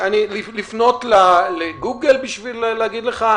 לפנות לגוגל בשביל להגיד לך?